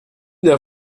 der